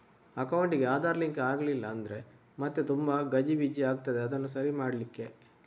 ಅಕೌಂಟಿಗೆ ಆಧಾರ್ ಲಿಂಕ್ ಆಗ್ಲಿಲ್ಲ ಅಂದ್ರೆ ಮತ್ತೆ ತುಂಬಾ ಗಜಿಬಿಜಿ ಆಗ್ತದೆ ಅದನ್ನು ಸರಿ ಮಾಡ್ಲಿಕ್ಕೆ